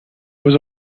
was